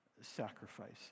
sacrifice